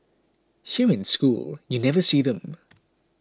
here in school you never see them